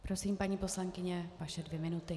Prosím, paní poslankyně, vaše dvě minuty.